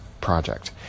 project